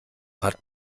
hat